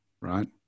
right